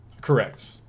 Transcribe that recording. Correct